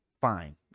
fine